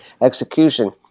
execution